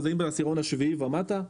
אז אם בעשירון השביעי ומטה,